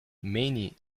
many